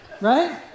right